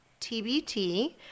TBT